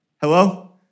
Hello